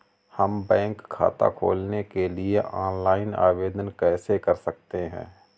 हम बैंक खाता खोलने के लिए ऑनलाइन आवेदन कैसे कर सकते हैं?